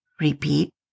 Repeat